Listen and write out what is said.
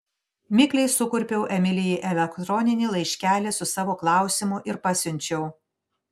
mikliai sukurpiau emilijai elektroninį laiškelį su savo klausimu ir pasiunčiau